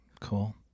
Cool